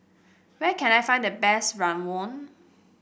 where can I find the best rawon